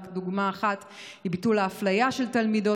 רק דוגמה אחת: ביטול האפליה של תלמידות